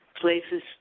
places